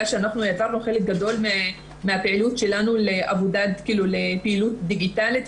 שהעברנו חלק גדול מן הפעילות שלנו לפעילות דיגיטלית.